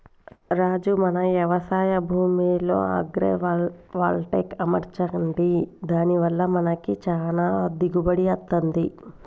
రాజు మన యవశాయ భూమిలో అగ్రైవల్టెక్ అమర్చండి దాని వల్ల మనకి చానా దిగుబడి అత్తంది